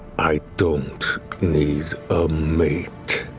i don't need a mate.